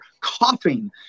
coughing